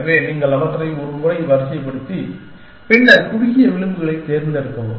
எனவே நீங்கள் அவற்றை ஒரு முறை வரிசைப்படுத்தி பின்னர் குறுகிய விளிம்புகளைத் தேர்ந்தெடுக்கவும்